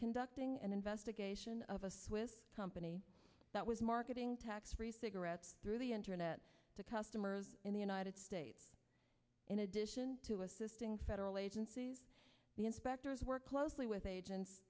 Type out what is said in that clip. conducting an investigation of a company that was marketing tax free cigarettes through the internet to customers in the united states in addition to assisting federal agencies the inspectors work closely with agents